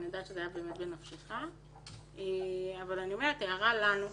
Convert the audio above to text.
אני יודעת שזה היה בנפשך אבל אני אומרת הערה לנו,